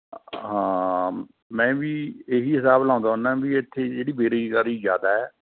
ਹਾਂ ਮੈਂ ਵੀ ਇਹੀ ਹਿਸਾਬ ਲਾਉਂਦਾ ਹੁੰਦਾ ਵੀ ਇੱਥੇ ਜਿਹੜੀ ਬੇਰੋਜਗਾਰੀ ਜ਼ਿਆਦਾ ਹੈ